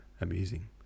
amusing